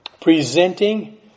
presenting